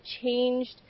changed